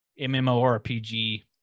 MMORPG